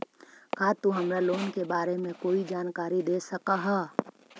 का तु हमरा लोन के बारे में कोई जानकारी दे सकऽ हऽ?